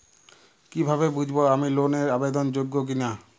কীভাবে বুঝব আমি লোন এর আবেদন যোগ্য কিনা?